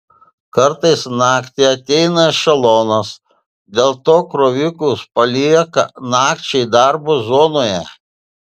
kartais naktį ateina ešelonas dėl to krovikus palieka nakčiai darbo zonoje